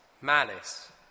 malice